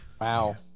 Wow